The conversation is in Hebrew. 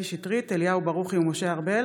שטרית, אליהו ברוכי ומשה ארבל